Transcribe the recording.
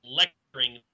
lecturing